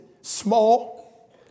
small